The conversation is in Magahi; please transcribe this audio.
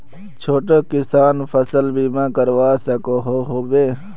छोटो किसान फसल बीमा करवा सकोहो होबे?